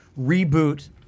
reboot